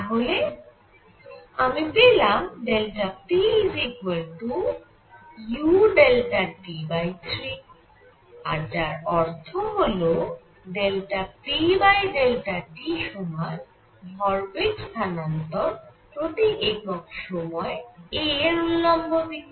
তাহলে আমি পেলাম put3 আর তার অর্থ হল pt সমান ভরবেগ স্থানান্তর প্রতি একক সময় a এর উল্লম্ব দিকে